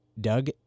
Doug